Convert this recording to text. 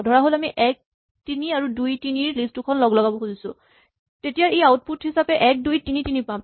ধৰাহ'ল আমি ১ ৩ আৰু ২ ৩ দুখন লিষ্ট লগলগাব খুজিছো তেতিয়া ই আউটপুট হিচাপে ১ ২ ৩ ৩ পাম